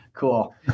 Cool